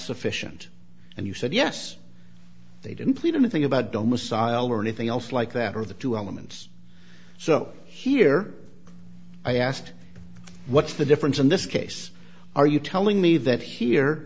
sufficient and you said yes they didn't plead anything about doma sile or anything else like that of the two elements so here i asked what's the difference in this case are you telling me that here